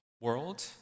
world